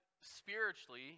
spiritually